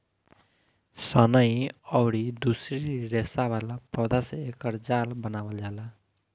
सनई अउरी दूसरी रेसा वाला पौधा से एकर जाल बनावल जाला